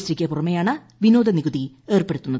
T ക്ക് പുറമെയാണ് വിനോദനികുതി ഏർപ്പെടുത്തുന്നത്